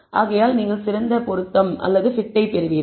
ஆகையால் நீங்கள் சிறந்த பொருத்தம் பெறுவீர்கள்